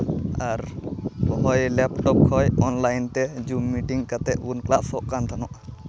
ᱟᱨ ᱚᱠᱚᱭ ᱞᱮᱯᱴᱚᱯ ᱠᱷᱚᱡ ᱚᱱᱞᱟᱭᱤᱱ ᱛᱮ ᱡᱩᱢ ᱢᱤᱴᱤᱝ ᱠᱟᱛᱮᱫ ᱵᱚᱱ ᱠᱞᱟᱥᱚᱜ ᱠᱟᱱ ᱛᱟᱦᱮᱱᱚᱜ